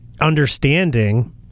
understanding